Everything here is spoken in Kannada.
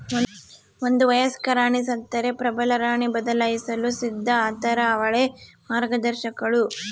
ಒಂದು ವಯಸ್ಕ ರಾಣಿ ಸತ್ತರೆ ಪ್ರಬಲರಾಣಿ ಬದಲಾಯಿಸಲು ಸಿದ್ಧ ಆತಾರ ಅವಳೇ ಮಾರ್ಗದರ್ಶಕಳು